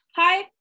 Hi